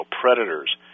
predators